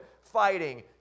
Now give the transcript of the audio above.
fighting